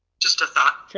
just a thought. sure.